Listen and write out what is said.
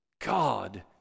god